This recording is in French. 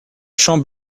champ